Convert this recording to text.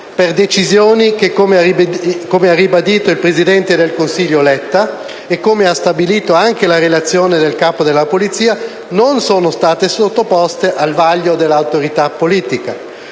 per decisioni che - come ha ribadito il presidente del Consiglio Letta e come ha stabilito anche la relazione del Capo della Polizia - non sono state sottoposte al vaglio dell'autorità politica.